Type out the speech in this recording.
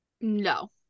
No